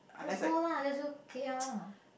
just go lah just go K_L lah